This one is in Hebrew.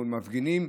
מול מפגינים.